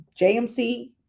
jmc